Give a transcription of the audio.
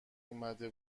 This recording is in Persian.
آمده